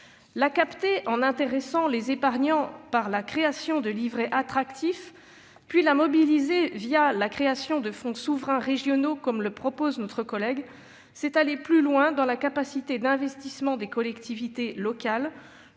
La capter en intéressant les épargnants par la création de livrets attractifs, puis la mobiliser la création de fonds souverains régionaux comme le propose notre collègue permettrait d'aller plus loin dans la capacité d'investissement des collectivités locales